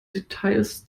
details